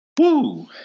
Woo